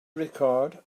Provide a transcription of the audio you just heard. record